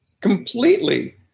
completely